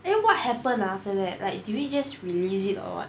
then what happened ah after that like do you just release it or what